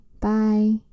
Bye